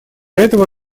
этого